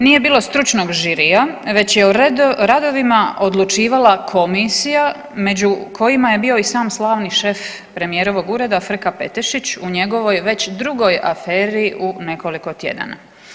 Nije bilo stručnog žirija već je o radovima odlučivala komisija među kojima je bio i sam slavni šef premijerovog ureda Frka Petešić u njegovoj već drugoj aferi u nekoliko tjedana.